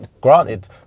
granted